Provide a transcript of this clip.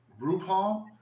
RuPaul